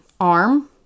arm